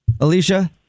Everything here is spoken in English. Alicia